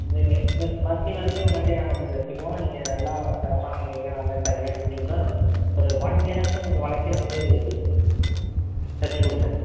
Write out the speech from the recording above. monthly monthly உங்கள்கிட்டே நாங்கள் வந்து தச்சுக்குவோம் நீங்கள் நல்லா சிறப்பான முறையில் நல்லா சரியாக செஞ்சு கொடுத்தா ஒரு ஒன் இயராச்சும் கொஞ்சம் உழைக்கிற மாரி தச்சு கொடுங்க